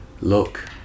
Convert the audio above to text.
look